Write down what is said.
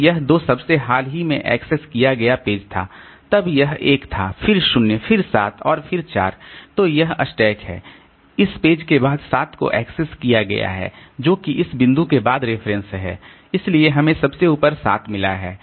तो यह 2 सबसे हाल ही में एक्सेस किया गया पेज था तब यह 1 था फिर 0 फिर 7 और फिर 4 तो यह स्टैक है इस पेज के बाद 7 को एक्सेस किया गया है जो कि इस बिंदु के बाद रेफरेंस है इसलिए हमें सबसे ऊपर 7 मिला है